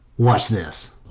watch this.